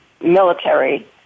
military